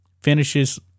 finishes